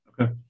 Okay